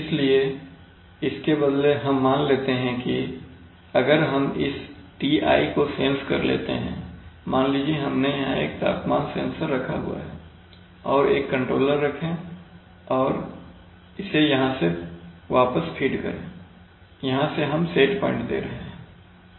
इसलिए इसके बदले हम मान लेते हैं कि अगर हम इस Ti को सेंस कर लेते हैंमान लीजिए हमने यहां एक तापमान सेंसर रखा हुआ है और एक कंट्रोलर रखें और इसे यहां से वापस फीड करें यहां से हम सेट प्वाइंट दे रहे हैं